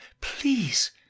Please